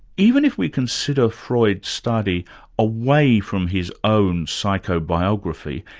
even if we consider freud's study away from his own psychobiography,